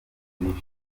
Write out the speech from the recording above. bibi